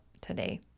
today